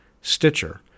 Stitcher